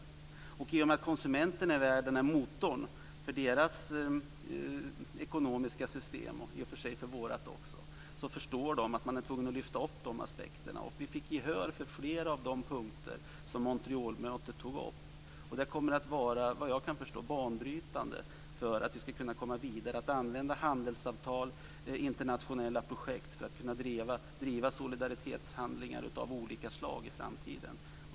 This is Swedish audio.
Ger man konsumenterna i världen en motor för deras ekonomiska system och i och för sig också för vårt, förstår de att man är tvungen att lyfta fram de här aspekterna. Vi fick gehör för flera av de punkter som togs upp vid Montrealmötet. Detta kommer, såvitt jag kan förstå, att vara banbrytande för att vi ska kunna komma vidare med att använda handelsavtal och internationella projekt för att kunna driva solidaritetshandlingar av olika slag i framtiden.